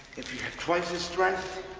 if you have twice the strength,